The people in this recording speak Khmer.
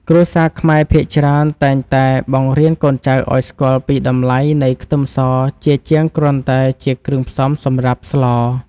គ្រួសារខ្មែរភាគច្រើនតែងតែបង្រៀនកូនចៅឱ្យស្គាល់ពីតម្លៃនៃខ្ទឹមសជាជាងគ្រាន់តែជាគ្រឿងផ្សំសម្រាប់ស្ល។